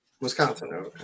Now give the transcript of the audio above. Wisconsin